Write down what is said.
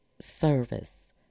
service